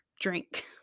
drink